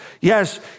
Yes